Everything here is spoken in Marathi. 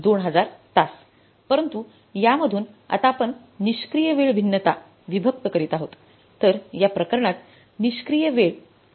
परंतु यामधून आता आपण निष्क्रिय वेळ भिन्नता विभक्त करीत आहोत तर या प्रकरणात निष्क्रिय वेळ काय होती